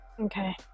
Okay